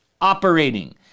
operating